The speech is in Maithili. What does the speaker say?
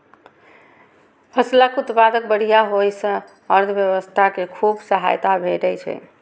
फसलक उत्पादन बढ़िया होइ सं अर्थव्यवस्था कें खूब सहायता भेटै छै